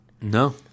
no